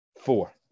Four